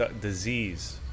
disease